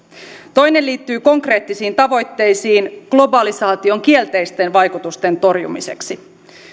toinen liittyy konkreettisiin tavoitteisiin globalisaation kielteisten vaikutusten torjumiseksi